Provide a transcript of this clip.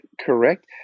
correct